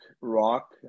rock